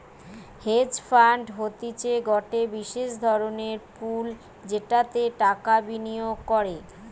hedge fund হতিছে গটে বিশেষ ধরণের পুল যেটাতে টাকা বিনিয়োগ করে